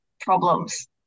problems